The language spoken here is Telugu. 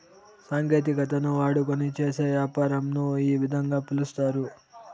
సాంకేతికతను వాడుకొని చేసే యాపారంను ఈ విధంగా పిలుస్తారు